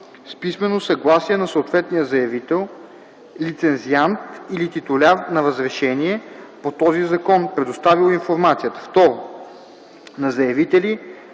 с писмено съгласие на съответния заявител, лицензиант или титуляр на разрешение по този закон, предоставил информацията; 2. на заявители,